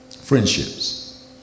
friendships